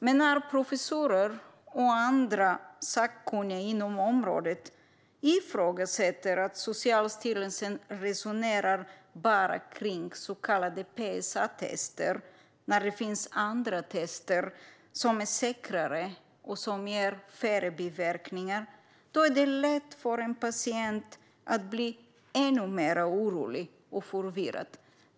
Men när professorer och andra sakkunniga inom området ifrågasätter att Socialstyrelsen bara resonerar om så kallade PSA-tester när det finns andra tester som är säkrare och ger färre biverkningar är det lätt för en patient att bli ännu mer orolig och förvirrad.